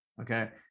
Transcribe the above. Okay